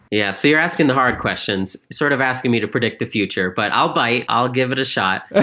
yeah. so you're asking the hard questions. sort of asking me to predict the future, but i'll bite. i'll give it a shot. ah